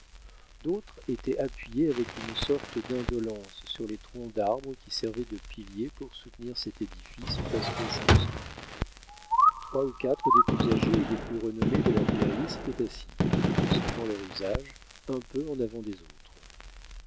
d'autres étaient appuyés avec une sorte d'indolence sur les troncs d'arbres qui servaient de piliers pour soutenir cet édifice presque chancelant trois ou quatre des plus âgés et des plus renommés de leurs guerriers s'étaient assis suivant leur usage un peu en avant des autres